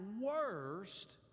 worst